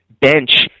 bench